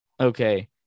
Okay